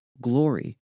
glory